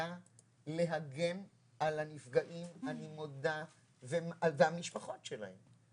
המדינה להגן על הנפגעים והמשפחות שלהם.